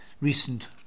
recent